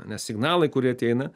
nes signalai kurie ateina